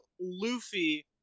Luffy